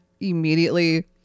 immediately